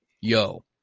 yo